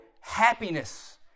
happiness